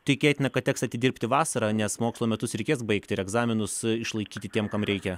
tikėtina kad teks atidirbti vasarą nes mokslo metus reikės baigti ir egzaminus išlaikyti tiem kam reikia